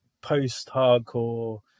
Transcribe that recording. post-hardcore